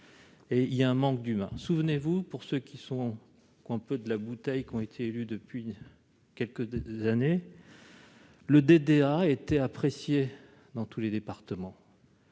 et il y a un manque d'humains, souvenez-vous, pour ceux qui sont, qu'on peut de la bouteille qui ont été élus depuis quelques années le DDA était apprécié dans tous les départements.